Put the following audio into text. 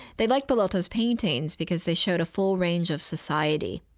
they like bellotto's paintings because they showed a full range of society,